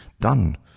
done